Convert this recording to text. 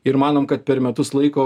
ir manom kad per metus laiko